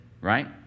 right